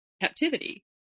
captivity